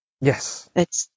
Yes